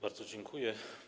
Bardzo dziękuję.